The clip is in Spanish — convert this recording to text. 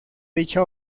dicha